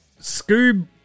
Scoob